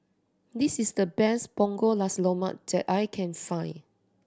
this is the best Punggol Nasi Lemak that I can find